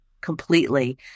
completely